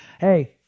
hey